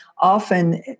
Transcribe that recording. often